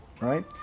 right